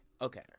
okay